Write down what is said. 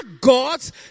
God's